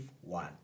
one